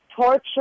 torture